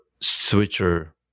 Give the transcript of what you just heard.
switcher